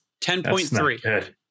10.3